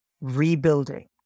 rebuilding